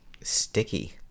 sticky